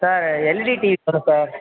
sir LED TV வரும் sir